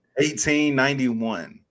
1891